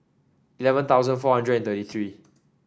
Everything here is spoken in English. eleven thousand four hundred and thirty three